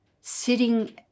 sitting